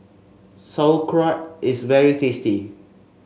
sauerkraut is very tasty